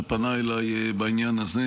שפנה אליי בעניין הזה